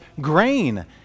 grain